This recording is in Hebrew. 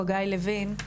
חגי לוין,